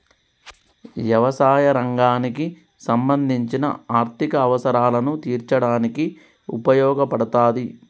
యవసాయ రంగానికి సంబంధించిన ఆర్ధిక అవసరాలను తీర్చడానికి ఉపయోగపడతాది